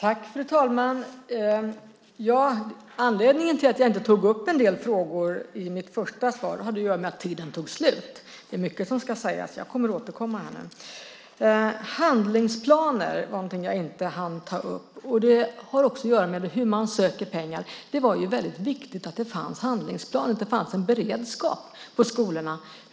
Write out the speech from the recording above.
Fru talman! Anledningen till att jag inte tog upp en del frågor i mitt första svar var att tiden tog slut. Det är mycket som ska sägas. Jag återkommer nu. Handlingsplaner var en fråga som jag inte hann ta upp. Det har också att göra med hur man söker pengar. Det var ju väldigt viktigt att det fanns handlingsplaner, att det fanns en beredskap på skolorna.